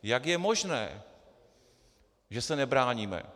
Jak je možné, že se nebráníme?